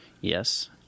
Yes